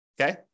Okay